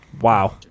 Wow